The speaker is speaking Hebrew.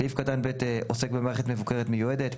סעיף קטן ב' עוסק במערכת מבוקרת מיועדת,